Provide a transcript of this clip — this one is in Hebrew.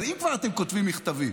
אבל אם כבר אתם כותבים מכתבים,